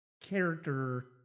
character